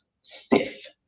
stiff